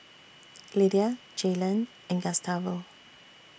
Lydia Jaylon and Gustavo